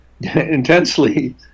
intensely